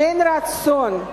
שאין רצון.